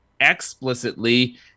explicitly